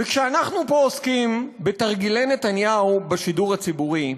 וכשאנחנו פה עוסקים בתרגילי נתניהו בשידור הציבורי,